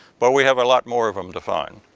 but we have a lot more of em to find.